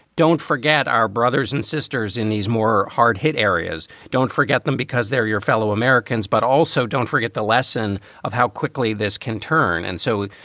don't forget our brothers and sisters in these more hard hit areas. don't forget them because they're your fellow americans. but also don't forget the lesson of how quickly this can turn. and so,